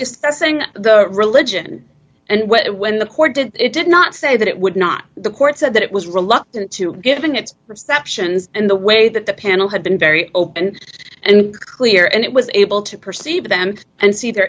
dispensing the religion and when the court did it did not say that it would not the court said that it was reluctant to given its perceptions in the way that the panel had been very open and clear and it was able to perceive them and see their